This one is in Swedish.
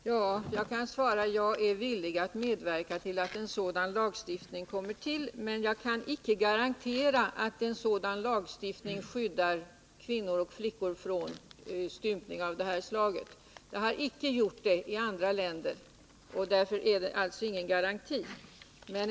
Herr talman! Jag kan svara att jag är villig att medverka till att en sådan lagstiftning kommer till. Men jag kan icke garantera att den skyddar kvinnor och flickor från stympning av detta slag. Den har icke gjort det i andra länder. Därför är det ingen garanti att den gör det i Sverige.